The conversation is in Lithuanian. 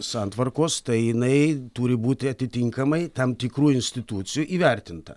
santvarkos tai jinai turi būti atitinkamai tam tikrų institucijų įvertinta